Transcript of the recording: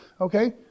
Okay